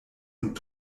und